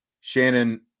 Shannon